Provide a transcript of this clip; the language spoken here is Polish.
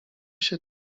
się